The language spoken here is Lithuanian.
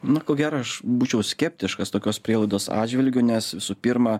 na ko gero aš būčiau skeptiškas tokios prielaidos atžvilgiu nes visų pirma